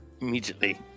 immediately